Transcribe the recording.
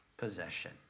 Possession